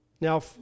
Now